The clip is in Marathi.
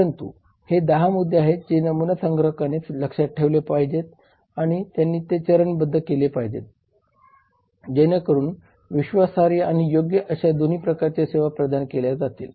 परंतु हे 10 मुद्दे आहेत जे नमुना संग्राहकाने लक्षात ठेवले पाहिजेत आणि त्यांनी ते चरणबद्ध केले पाहिजेत जेणेकरून विश्वासार्ह आणि योग्य अशा दोन्ही प्रकारच्या सेवा प्रदान केल्या जातील